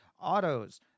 Autos